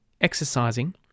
exercising